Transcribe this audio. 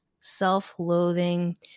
self-loathing